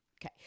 Okay